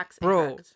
bro